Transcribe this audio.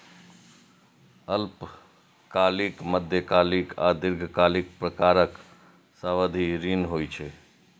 अल्पकालिक, मध्यकालिक आ दीर्घकालिक प्रकारक सावधि ऋण होइ छै